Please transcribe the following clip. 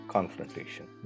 Confrontation